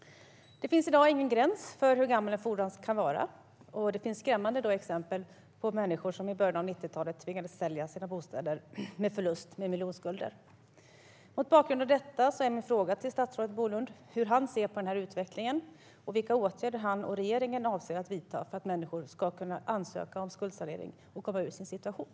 Det finns i dag ingen gräns för hur gammal en fordran kan vara. Det finns skrämmande exempel på människor som i början av 90-talet tvingades sälja sina bostäder med förlust, med miljonskulder som följd. Mot bakgrund av detta är min fråga till statsrådet Bolund: Hur ser du på denna utveckling, och vilka åtgärder avser du och regeringen att vidta för att människor ska kunna ansöka om skuldsanering och komma ur sin situation?